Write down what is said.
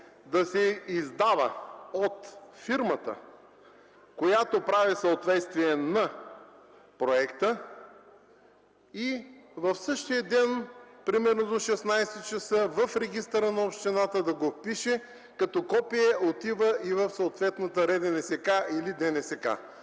да се издава от фирмата, която прави съответствие на проекта и в същия ден, примерно до 16,00 ч., да го впише в регистъра на общината, като копие отива и в съответната РДНСК или ДНСК.